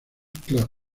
club